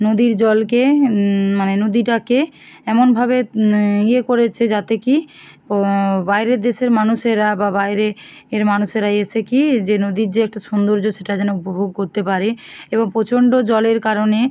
নদীর জলকে মানে নদীটাকে এমনভাবে ইয়ে করেছে যাতে কী ও বাইরের দেশের মানুষেরা বা বাইরে এর মানুষেরা এসে কী যে নদীর যে একটা সৌন্দর্য সেটা যেন উপভোগ করতে পারে এবং প্রচণ্ড জলের কারণে